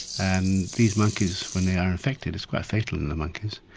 and these monkeys when they are infected, it's quite fatal in the monkeys,